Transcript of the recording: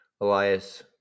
elias